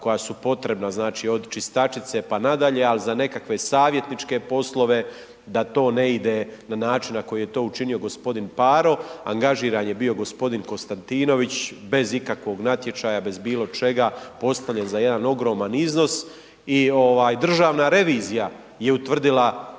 koja su potrebna znači od čistačice pa nadalje, al za nekakve savjetničke poslove da to ne ide na način na koji je to učinio gospodin Paro, angažiran je bio gospodin Konstantinović bez ikakvog natječaja, bez bilo čega, postavljen za jedan ogroman iznos i ovaj državna revizija je utvrdila